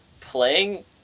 playing